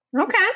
Okay